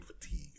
fatigue